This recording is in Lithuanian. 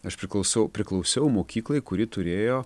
aš priklausau priklausiau mokyklai kuri turėjo